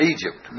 Egypt